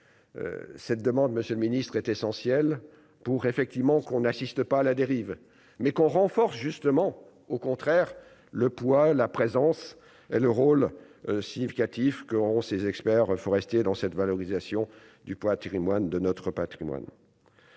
cette demande, monsieur le ministre est essentielle pour effectivement qu'on n'assiste pas à la dérive mais qu'on renforce justement au contraire le poids, la présence et le rôle significatif qu'ont ces experts forestiers, dans cette valorisation du poids Thierry Moine de notre Patrimoine.